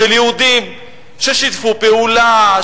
של יהודים ששיתפו פעולה,